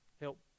help